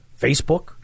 Facebook